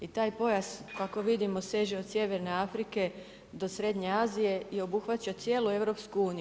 I taj pojas kako vidimo seže od sjeverne Afrike do srednje Azije i obuhvaća cijelu EU.